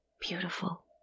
Beautiful